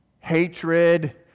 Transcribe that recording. Hatred